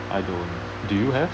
I don't do you have